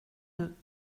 deux